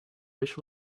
dish